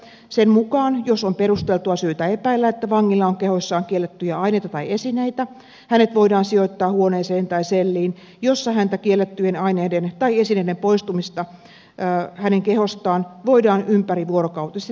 sen mukaan jos on perusteltua syytä epäillä että vangilla on kehossaan kiellettyjä aineita tai esineitä hänet voidaan sijoittaa huoneeseen tai selliin jossa kiellettyjen aineiden tai esineiden poistumista hänen kehostaan voidaan ympärivuorokautisesti tarkkailla ja valvoa